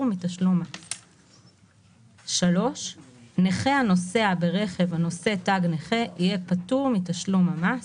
מתשלום מס 3. נכה הנוסע ברכב הנושא תג נכה יהיה פטור מתשלום המס,